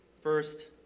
first